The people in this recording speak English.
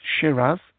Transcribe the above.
Shiraz